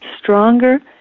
stronger